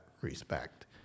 respect